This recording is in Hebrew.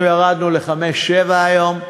אנחנו ירדנו ל-5.7% היום,